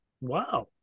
Wow